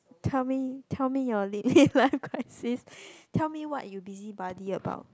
tell me tell me your lit mid life crisis tell me what you busybody about